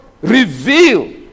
reveal